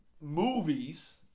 movies